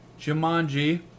Jumanji